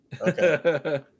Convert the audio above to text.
okay